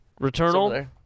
Returnal